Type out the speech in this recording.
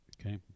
Okay